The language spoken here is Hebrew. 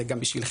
זה גם בשבילכם,